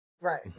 Right